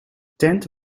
tent